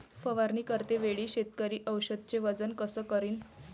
फवारणी करते वेळी शेतकरी औषधचे वजन कस करीन?